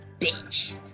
bitch